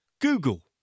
Google